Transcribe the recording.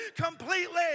completely